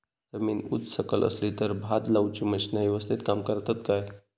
जमीन उच सकल असली तर भात लाऊची मशीना यवस्तीत काम करतत काय?